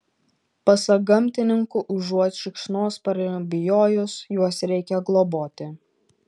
pasak gamtininkų užuot šikšnosparnių bijojus juos reikia globoti